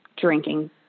drinking